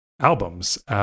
albums